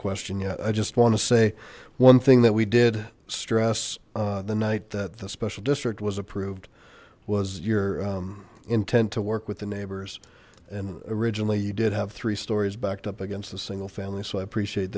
question yet i just want to say one thing that we did stress the night that the special district was approved was your intent to work with the neighbors and originally you did have three stories backed up against a single family so i appreciate